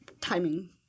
timing